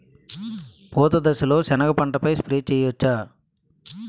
పూత దశలో సెనగ పంటపై స్ప్రే చేయచ్చా?